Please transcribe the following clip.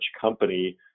company